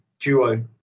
Duo